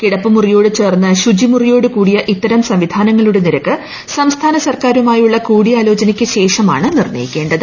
കിടപ്പുമുറിയോട് ചേർന്ന ശുചിമുറിയോട്ട് കൂടിയ ഇത്തരം സംവിധാനങ്ങളുടെ നിരക്ക് സംസ്ഥീന് സർക്കാരുമായുള്ള കൂടിയാലോചനയ്ക്ക് ശേഷമാണ് നിർണ്ണയിക്കേണ്ടത്